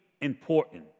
important